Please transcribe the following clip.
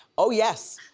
oh yes,